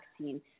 vaccine